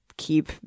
keep